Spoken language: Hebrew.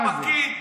מה זה?